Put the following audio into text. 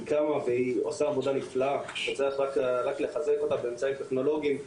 היא קמה והיא עושה עבודה נפלאה וצריך רק לחזק אותה באמצעים טכנולוגיים,